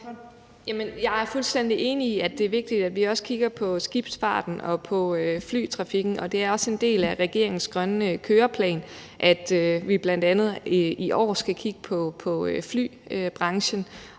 jeg er fuldstændig enig i, at det er vigtigt, at vi også kigger på skibsfarten og på flytrafikken. Det er også en del af regeringens grønne køreplan, at vi bl.a. i år skal kigge på flybranchen,